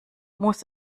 muss